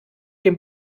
dem